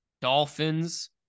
Dolphins